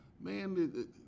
man